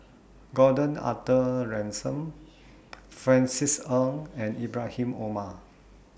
Gordon Arthur Ransome Francis Ng and Ibrahim Omar